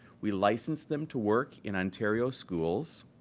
we license them to work in ontario schools,